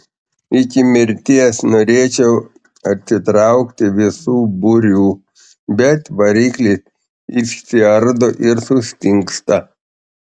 iki mirties norėčiau atsitraukti visu būriu bet variklis išsiardo ir sustingsta